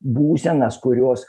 būsenas kurios